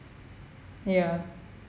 ya